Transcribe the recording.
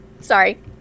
Sorry